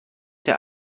der